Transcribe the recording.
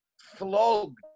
flogged